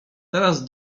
teraz